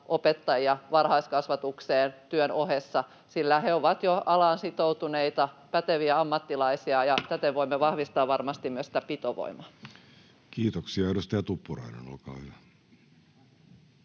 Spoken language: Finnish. opettajia varhaiskasvatukseen työn ohessa, sillä he ovat jo alaan sitoutuneita, päteviä ammattilaisia, ja täten voimme vahvistaa varmasti myös sitä pitovoimaa. [Speech 56] Speaker: Jussi